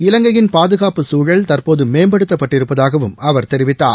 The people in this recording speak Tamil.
இலங்கையின் பாதுகாப்பு சூழல் தற்போது மேம்படுத்தப் பட்டிருப்பதாகவும் அவர் தெரிவித்தார்